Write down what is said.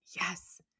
yes